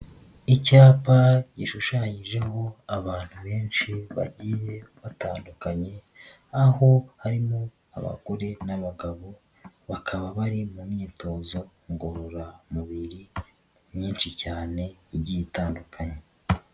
Icyapa gishushanyijeho abantu benshi bagiye batandukanye, aho harimo abagore n'abagabo bakaba bari mu myitozo ngororamubiri myinshi cyane igiye itandukanye.